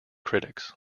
critics